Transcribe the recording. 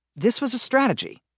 this was a strategy.